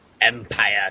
Empire